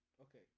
Okay